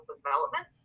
development